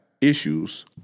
issues